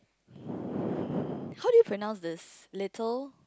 how did you pronounce this little